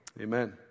amen